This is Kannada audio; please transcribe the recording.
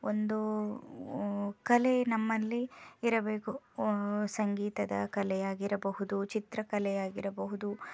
ಒಂದು ಕಲೆ ನಮ್ಮಲ್ಲಿ ಇರಬೇಕು ಸಂಗೀತದ ಕಲೆಯಾಗಿರಬಹುದು ಚಿತ್ರಕಲೆಯಾಗಿರಬಹುದು